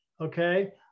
Okay